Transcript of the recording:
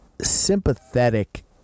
sympathetic